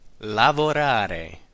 lavorare